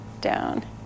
down